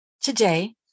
Today